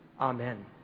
Amen